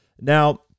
Now